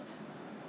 !huh! 几时 ah